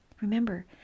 Remember